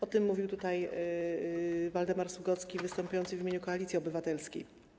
O tym mówił tutaj Waldemar Sługocki występujący w imieniu Koalicji Obywatelskiej.